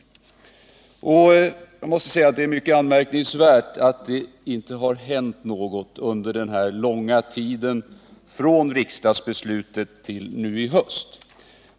Det är mycket anmärkningsvärt att det inte har hänt något under den här långa tiden från riksdagsbeslutet till nu i höst.